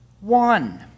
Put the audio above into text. one